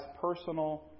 personal